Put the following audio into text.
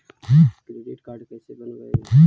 Credit card कैसे बनवाई?